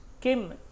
Kim